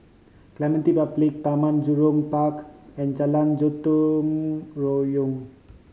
Clementi Public Taman Jurong Park and Jalan Gotong Royong